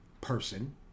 person